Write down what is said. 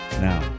Now